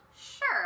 Sure